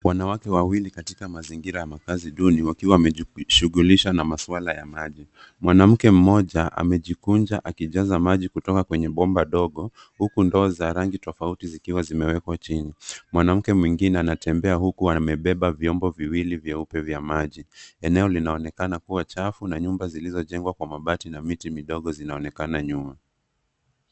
Wanawake wawili katika mazingira ya makazi duni wakiwa wamejishughulisha na maswala ya maji, mwanamke mmoja amejikunja akijaza maji kutoka kwenye bomba dogo huku ndoo za rangi tofauti zikiwa zimewekwa chini, mwanamke mwingine anatembea huku amebeba vyombo viwili vyeupe vya maji eneo linaonekana kuwa chafu na nyumba zilizojengwa kwa mabati na miti midogo zinaonekana nyuma.